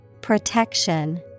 Protection